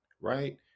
right